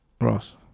Ross